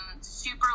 super